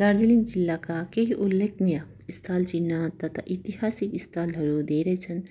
दार्जिलिङ जिल्लाका केही उल्लेखनीय स्थल चिन्ह तथा ऐतिहासिक स्थलहरू धेरै छन्